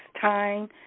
time